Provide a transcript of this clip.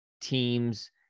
teams